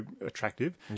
attractive